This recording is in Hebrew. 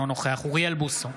אינו נוכח אוריאל בוסו,